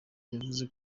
yavuze